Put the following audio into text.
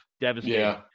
devastating